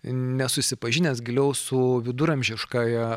nesusipažinęs giliau su viduramžiškąja